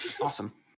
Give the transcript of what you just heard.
Awesome